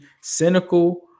cynical